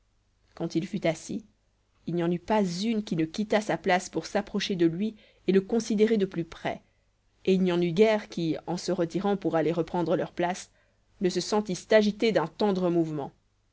quand il fut assis il n'y en eut pas une qui ne quittât sa place pour s'approcher de lui et le considérer de plus près et il n'y en eut guère qui en se retirant pour aller reprendre leurs places ne se sentissent agitées d'un tendre mouvement